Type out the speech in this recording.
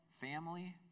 family